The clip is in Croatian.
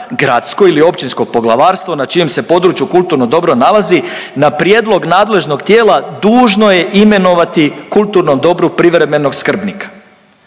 gradsko ili općinsko poglavarstvo na čijem se području kulturno dobro nalazi na prijedlog nadležnog tijela dužno je imenovati kulturnom dobru privremenog skrbnika.